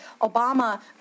Obama